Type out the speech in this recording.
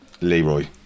Leroy